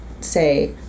say